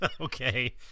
Okay